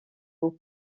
aux